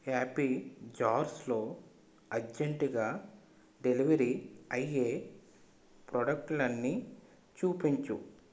happy జార్స్లో అర్జెంట్గా delivery అయ్యే ప్రాడక్టులన్నీ చూపించు